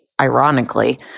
ironically